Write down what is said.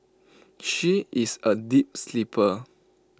she is A deep sleeper